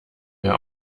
mehr